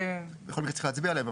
בכל מקרה צריך להצביע עליהן.